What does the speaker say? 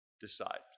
decide